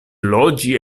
loĝi